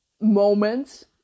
moments